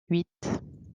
huit